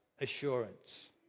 assurance